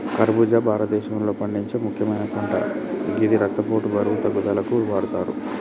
ఖర్బుజా భారతదేశంలో పండించే ముక్యమైన పంట గిది రక్తపోటు, బరువు తగ్గుదలకు వాడతరు